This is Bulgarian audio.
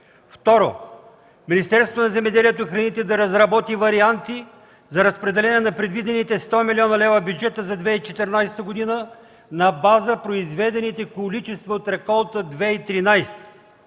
Второ, Министерството на земеделието и храните да разработи варианти за разпределение на предвидените 100 млн. лв. в бюджета за 2014 г. на база произведените количества от реколта 2013.